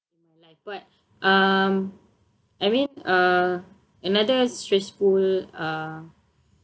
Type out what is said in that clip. like what uh I mean uh another stressful uh